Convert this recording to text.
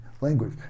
language